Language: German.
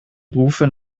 rufe